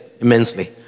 immensely